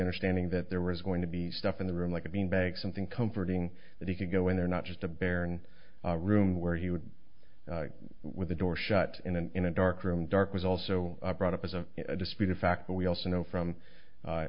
understanding that there was going to be stuff in the room like a beanbag something comforting that he could go in there not just a barren room where he would with the door shut in and in a dark room dark was also brought up as a disputed fact but we also know from